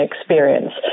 experience